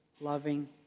loving